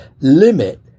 limit